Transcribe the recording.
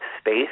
space